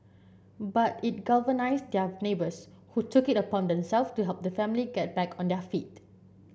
but it galvanised their neighbours who took it upon them self to help the family get back on their feet